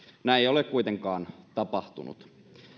näin ei ole kuitenkaan tapahtunut